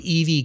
EV